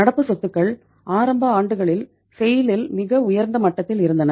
நடப்பு சொத்துக்கள் ஆரம்ப ஆண்டுகளில் செய்ல் இல் மிக உயர்ந்த மட்டத்தில் இருந்தன